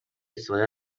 استفاده